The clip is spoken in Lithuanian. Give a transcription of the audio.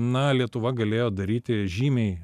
na lietuva galėjo daryti žymiai